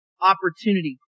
opportunity